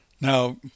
Now